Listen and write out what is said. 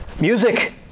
music